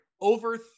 over